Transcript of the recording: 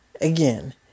again